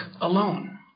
alone